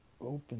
Open